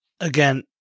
Again